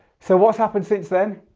so what's happened since then?